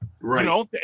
Right